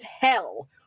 hell